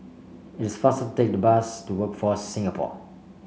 it's faster take the bus to Workforce Singapore